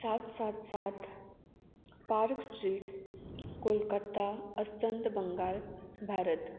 सात सात सात पार्क स्ट्रीट कोलकत्ता अस्तंत बंगाल भारत